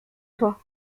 toi